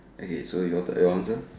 okay so your turn your answer